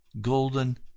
golden